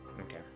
Okay